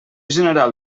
general